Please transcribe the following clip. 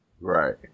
Right